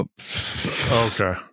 Okay